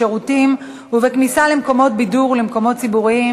בשירותים ובכניסה למקומות בידור ולמקומות ציבוריים